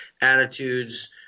attitudes